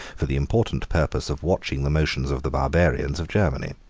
for the important purpose of watching the motions of the barbarians of germany.